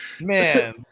man